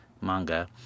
manga